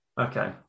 Okay